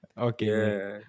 Okay